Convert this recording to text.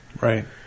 Right